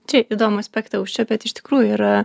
čia įdomų aspektą užčiuopėt iš tikrųjų yra